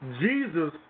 Jesus